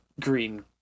green